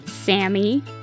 Sammy